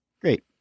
Great